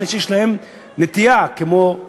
אלה שיש להם נטייה לציור,